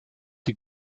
die